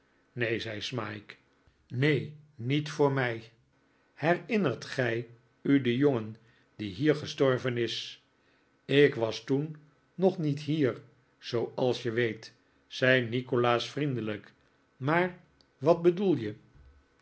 neen zei smike neen niet voor mij herinnert gij u den jongen die hier gestorven is ik was toen nog niet hier zooals je weet zei nikolaas vriendelijk maar wat bedoel je